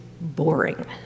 boring